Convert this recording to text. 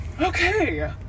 Okay